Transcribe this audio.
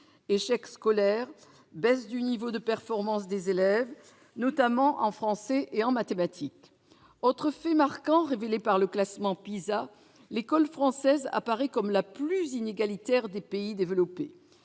échec scolaire, baisse du niveau de performance des élèves, notamment en français et en mathématiques. Autre fait marquant révélé par le classement PISA : l'école française apparaît comme la plus inégalitaire des pays développés.